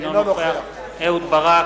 אינו נוכח אהוד ברק,